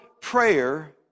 prayer